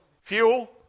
fuel